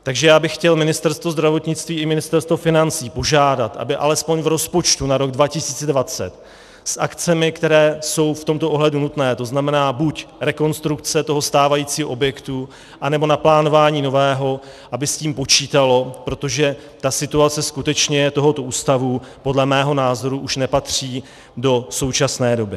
Takže já bych chtěl Ministerstvo zdravotnictví i Ministerstvo financí požádat, aby alespoň v rozpočtu na rok 2020 s akcemi, které jsou v tomto ohledu nutné, to znamená, buď rekonstrukce toho stávajícího objektu, anebo naplánování nového, aby s tím počítalo, protože situace tohoto ústavu podle mého názoru skutečně už nepatří do současné doby.